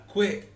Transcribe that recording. Quick